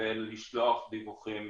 ולשלוח דיווחים